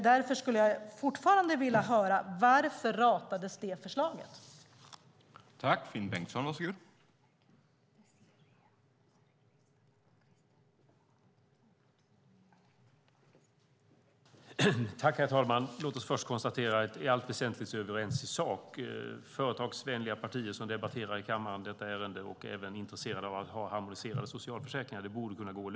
Därför skulle jag fortfarande vilja höra varför det förslaget ratades.